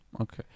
Okay